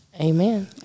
Amen